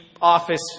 office